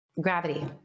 gravity